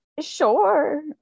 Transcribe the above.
Sure